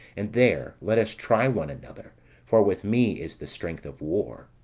and there let us try one another for with me is the strength of war.